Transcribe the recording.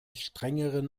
strengeren